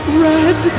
red